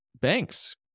banks